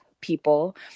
people